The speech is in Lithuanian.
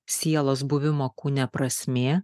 sielos buvimo kūne prasmė